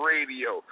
Radio